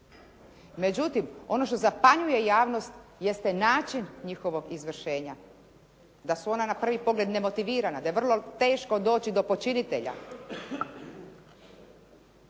Međutim ono što zapanjuje javnost jeste način njihovog izvršenja, da su ona na prvi pogled nemotivirana, da je vrlo teško doći do počinitelja.